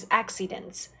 accidents